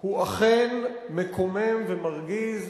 הוא אכן מקומם ומרגיז.